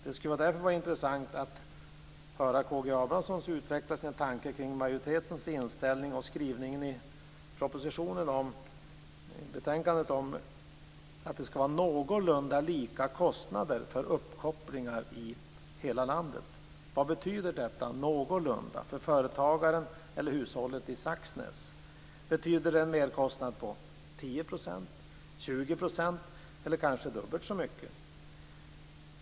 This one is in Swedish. Det skulle därför vara intressant att höra K G Abramsson utveckla majoritetens inställning och skrivningen i betänkandet om att det skall vara någorlunda lika kostnader för uppkopplingar i hela landet. Vad betyder "någorlunda" för företagaren eller hushållet i Saxnäs? Betyder det en merkostnad på 10 %, på 20 % eller kanske på dubbelt så mycket?